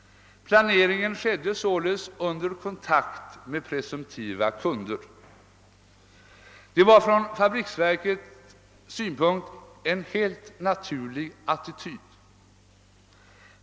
Planeringen skedde således under kontakt med presumtiva kunder. Det var från fabriksverkens synpunkt en helt naturlig attityd.